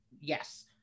yes